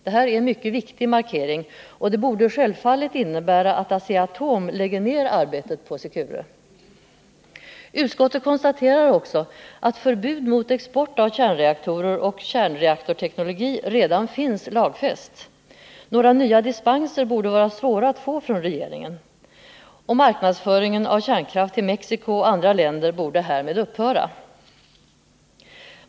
Detta är en mycket viktig markering och borde självfallet innebära att Asea-Atom lägger ned arbetet på secure. Utskottet konstaterar också att förbud mot export av kärnreaktorer och kärnreaktorteknologi redan finns lagfäst. Några nya dispenser borde vara svåra att få från regeringen. Marknadsföringen av kärnkraft till Mexico och andra länder borde härmed upphöra.